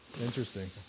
interesting